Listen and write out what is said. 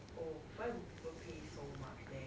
oh why would people pay so much leh